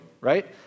Right